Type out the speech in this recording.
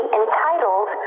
entitled